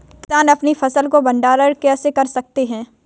किसान अपनी फसल का भंडारण कैसे कर सकते हैं?